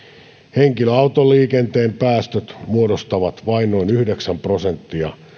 henkilöautoliikenteen päästöt muodostavat vain noin yhdeksän prosenttia